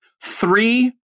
three